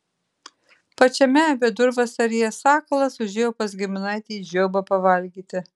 pačiame vidurvasaryje sakalas užėjo pas giminaitį žiobą pavalgyti